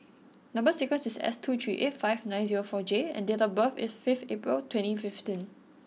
number sequence is S two three eight five nine zero four J and date of birth is fifth April twenty fifteen